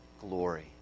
glory